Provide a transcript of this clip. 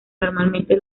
normalmente